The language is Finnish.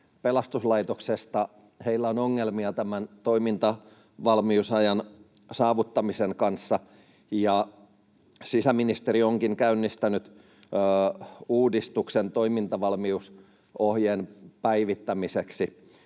pelastuslaitoksesta on ongelmia tämän toimintavalmiusajan saavuttamisen kanssa, ja sisäministeri onkin käynnistänyt uudistuksen toimintavalmiusohjeen päivittämiseksi.